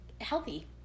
healthy